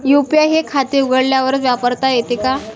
UPI हे खाते उघडल्यावरच वापरता येते का?